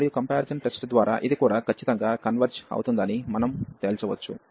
మరియు comparison test ద్వారా ఇది కూడా ఖచ్చితంగా కన్వెర్జ్ అవుతుందని మనము మళ్ళీ తేల్చవచ్చు